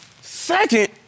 Second